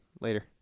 Later